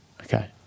Okay